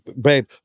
Babe